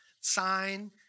sign